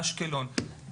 אשקלון,